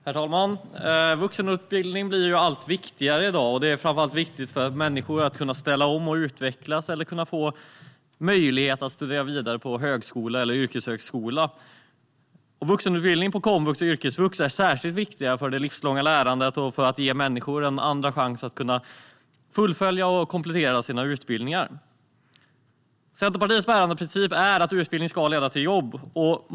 Herr talman! Vuxenutbildning blir allt viktigare, framför allt för att människor ska kunna ställa om, utvecklas och få möjlighet att studera vidare på högskola eller yrkeshögskola. Vuxenutbildning på komvux och yrkesvux är särskilt viktig för det livslånga lärandet och för att ge människor en andra chans att fullfölja och komplettera sin utbildning. Centerpartiets bärande princip är att utbildning ska leda till jobb.